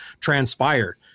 transpired